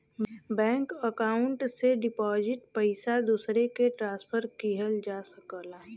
bank account से deposit पइसा दूसरे के ट्रांसफर किहल जा सकला